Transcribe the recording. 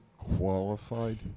qualified